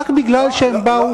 רק מפני שהם באו,